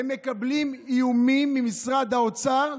הם מקבלים איומים ממשרד האוצר,